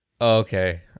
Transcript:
Okay